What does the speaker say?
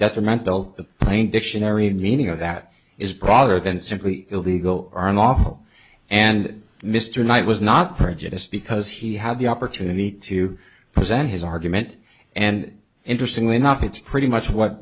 detrimental plain dictionary meaning of that is probably or than simply illegal are lawful and mr knight was not prejudiced because he had the opportunity to present his argument and interestingly enough it's pretty much what